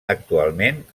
actualment